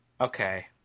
Okay